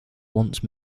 once